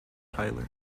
tyler